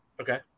Okay